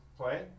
Play